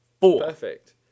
Perfect